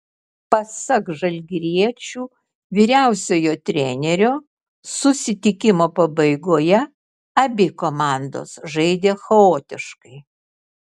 pasak žalgiriečių vyriausiojo trenerio susitikimo pabaigoje abi komandos žaidė chaotiškai